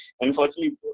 Unfortunately